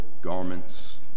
garments